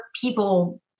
people